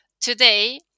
today